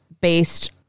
based